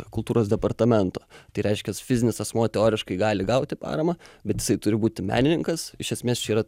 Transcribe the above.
kultūros departamento tai reiškias fizinis asmuo teoriškai gali gauti paramą bet jisai turi būti menininkas iš esmės čia yra